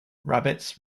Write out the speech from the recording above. rabbits